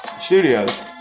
studios